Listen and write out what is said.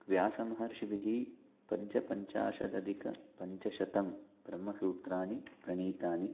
व्यासमहर्षिभिः पञ्चपञ्चाशदधिकपञ्चशतं ब्रह्मसूत्राणि प्रणीतानि